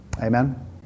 Amen